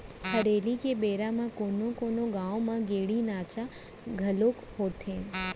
हरेली के बेरा म कोनो कोनो गाँव म गेड़ी नाचा घलोक होथे